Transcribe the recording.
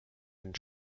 den